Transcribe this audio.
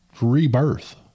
rebirth